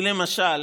כי למשל,